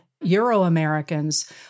Euro-Americans